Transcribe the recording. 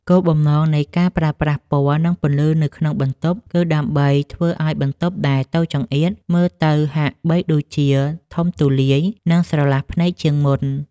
គោលបំណងនៃការប្រើប្រាស់ពណ៌ និងពន្លឺនៅក្នុងបន្ទប់ គឺដើម្បីធ្វើឱ្យបន្ទប់ដែលតូចចង្អៀតមើលទៅហាក់បីដូចជាធំទូលាយ និងស្រឡះភ្នែកជាងមុន។